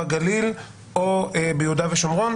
בגליל או ביהודה ושומרון.